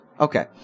Okay